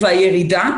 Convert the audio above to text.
והירידה,